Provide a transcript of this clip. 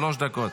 שלוש דקות.